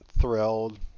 thrilled